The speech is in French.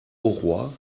auroi